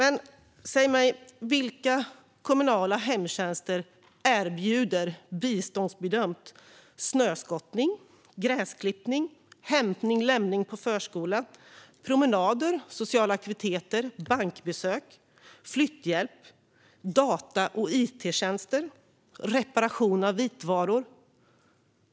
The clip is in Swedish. Men säg mig, vilka kommunala hemtjänster erbjuder biståndsbedömt snöskottning, gräsklippning, hämtning och lämning på förskola, promenader, sociala aktiviteter, bankbesök, flytthjälp, data och it-tjänster eller reparation av vitvaror?